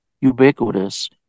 ubiquitous